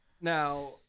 Now